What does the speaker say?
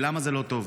ולמה זה לא טוב?